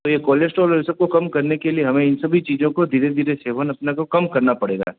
तो ये कोलेस्ट्रॉल ये सब को कम करने के लिए हमें इन सभी चीज़ों को धीरे धीरे सेवन अपने को कम करना पड़ेगा